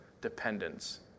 dependence